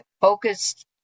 focused